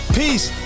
peace